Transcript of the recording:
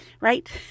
right